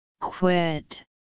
Quit